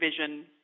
vision